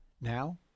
Now